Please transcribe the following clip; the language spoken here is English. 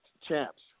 champs